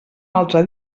altre